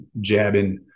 jabbing